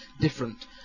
different